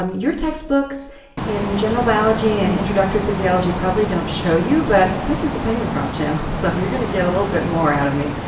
um your textbooks in general biology and introductory physiology probably don't show you, but this is thepenguinprof channel so you're going to get a little bit more out of me.